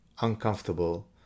uncomfortable